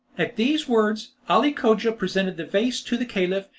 at these words, ali cogia presented the vase to the caliph,